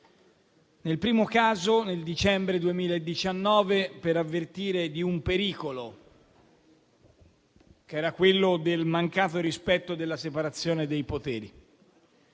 Nel primo caso, nel dicembre 2019, sono intervenuto per avvertire di un pericolo, che era quello del mancato rispetto della separazione dei poteri.